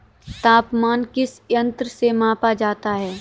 तापमान किस यंत्र से मापा जाता है?